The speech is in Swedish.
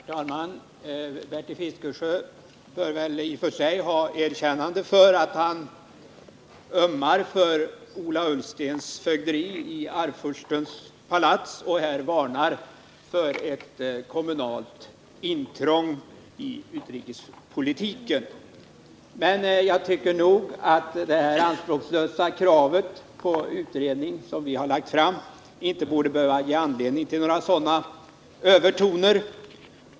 Herr talman! Bertil Fiskesjö bör väl i och för sig ha ett erkännande för att han ömmar för Ola Ullstens fögderi i Arvfurstens palats och varnar för ett kommunalt intrång i utrikespolitiken. Men jag tycker nog att detta anspråkslösa krav på utredning som vi har lagt fram inte borde behöva ge anledning till sådana övertoner.